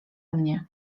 mnie